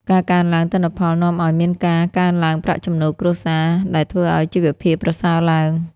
ការកើនឡើងទិន្នផលនាំឱ្យមានការកើនឡើងប្រាក់ចំណូលគ្រួសារ ដែលធ្វើឱ្យជីវភាពប្រសើរឡើង។